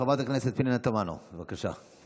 חברת הכנסת פנינה תמנו, בבקשה.